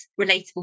relatable